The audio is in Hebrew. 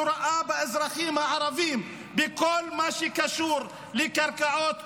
שרואה באזרחים הערבים בכל מה שקשור לקרקעות כאויבים,